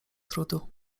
trudu